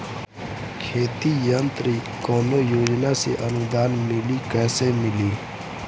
खेती के यंत्र कवने योजना से अनुदान मिली कैसे मिली?